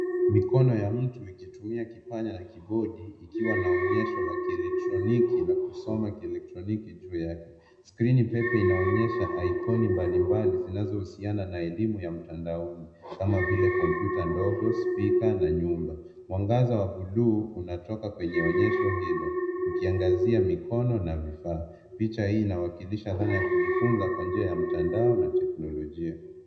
Mikono ya mtu ikitumia kipanya na kigodi ikiwa na onyesho la kieletroniki na kusoma ya kielektroniki juu yake. Skrini pepe inaonyesha aikoni mbalimbali zinazohusiana na elimu ya mtandaoni. Kama vile computer ndogo, spika na nyumba. Mwangaza wa buluu unatoka kwenye onyesho hilo ukiangazia mikono na vifaa. Picha hii inawakilisha dhana ya kujifunza kwa njia ya mtandao na teknolijia.